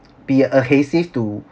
be a hazy to